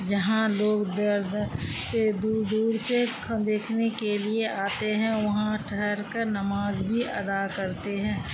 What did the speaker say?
جہاں لوگ درد سے دور دور سے دیکھنے کے لیے آتے ہیں وہاں ٹھہر کر نماز بھی ادا کرتے ہیں